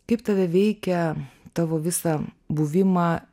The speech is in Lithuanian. kaip tave veikia tavo visą buvimą